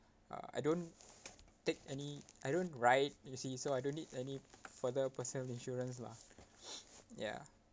uh I don't take any I don't ride you see so I don't need any further personal insurance lah ya